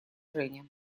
женя